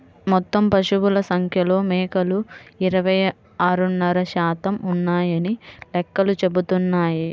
మొత్తం పశువుల సంఖ్యలో మేకలు ఇరవై ఆరున్నర శాతం ఉన్నాయని లెక్కలు చెబుతున్నాయి